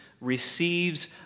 receives